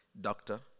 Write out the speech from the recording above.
doctor